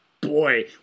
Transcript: boy